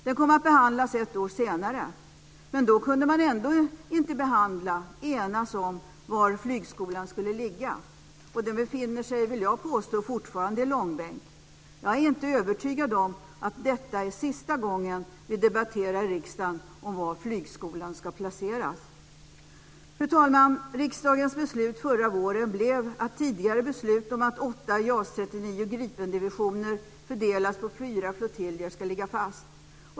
Den kom att behandlas ett år senare, men då kunde man ändå inte enas om var flygskolan skulle ligga. Frågan befinner sig, vill jag påstå, fortfarande i långbänk. Jag är inte övertygad om att detta är sista gången vi debatterar i riksdagen om var flygskolan ska placeras. Fru talman! Riksdagens beslut förra våren blev att tidigare beslut om att åtta JAS 39 Gripen-divisioner fördelas på fyra flottiljer skulle ligga fast.